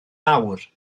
awr